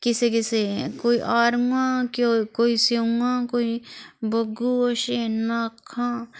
किसे किसे कोई आड़ूआं कोई स्येऊए कोई बग्गू गौशे नाखां